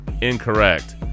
Incorrect